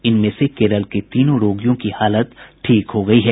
इनमें से केरल के तीनों रोगियों की हालत ठीक हो गई है